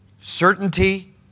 certainty